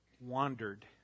wandered